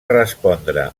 respondre